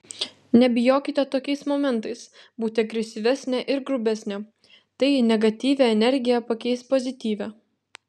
nebijokite tokiais momentais būti agresyvesnė ir grubesnė tai negatyvią energiją pakeis pozityvia